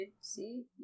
see